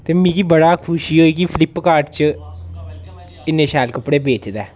ते मिगी बड़ा खुशी होई कि फ्लिपकार्ट च इ'न्ने शैल कपड़े बेचदा ऐ